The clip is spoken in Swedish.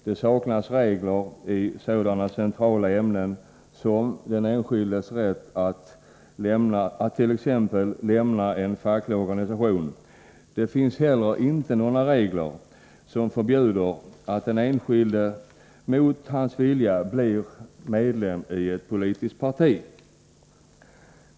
Det saknas regler i sådana centrala ämnen som den enskildes rätt att lämna t.ex. en facklig organisation. Det finns inte heller några regler som förbjuder att den enskilde mot sin vilja blir medlem i ett politiskt parti.